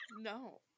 No